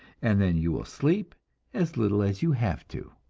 and then you will sleep as little as you have too.